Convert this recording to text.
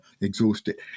exhausted